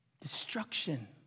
Destruction